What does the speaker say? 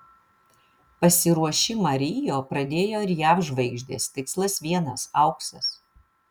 pasiruošimą rio pradėjo ir jav žvaigždės tikslas vienas auksas